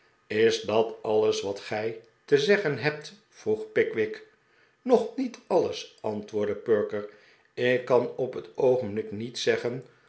is dat alles wat gij mij te zeggen hebt vroeg pickwick nog niet alles antwoordde perker ik kan op het oogenblik niet zeggen